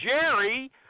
Jerry